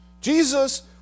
Jesus